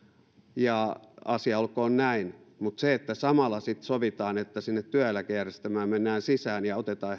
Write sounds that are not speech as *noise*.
ja asia olkoon näin mutta jos samalla sitten sovitaan että sinne työeläkejärjestelmään mennään sisään ja otetaan *unintelligible*